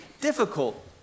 difficult